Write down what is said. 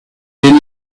des